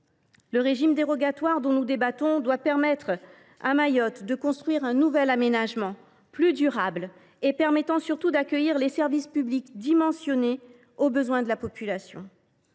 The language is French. Le régime dérogatoire dont nous débattons doit permettre à Mayotte de construire un nouvel aménagement, plus durable et permettant surtout d’accueillir des services publics dimensionnés aux besoins de la population.